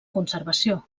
conservació